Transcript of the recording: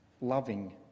loving